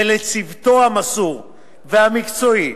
ולצוותו המסור והמקצועי,